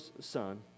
son